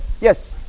Yes